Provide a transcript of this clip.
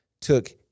took